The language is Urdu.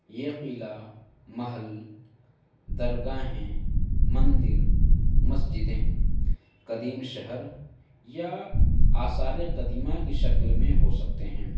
یہ قلعہ محل درگاہیں مندر مسجدیں قدیم شہر یا آثار قدیمہ کی شکل میں ہو سکتے ہیں